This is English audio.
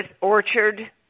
orchard